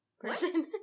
person